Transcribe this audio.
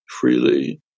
freely